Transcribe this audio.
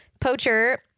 poacher